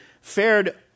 fared